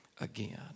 again